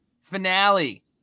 finale